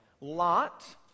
Lot